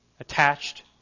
attached